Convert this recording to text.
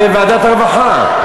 בוועדת הרווחה.